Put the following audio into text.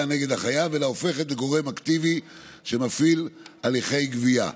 נגד החייב אלא הופכת לגורם אקטיבי שמפעיל הליכי גבייה.